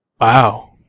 Wow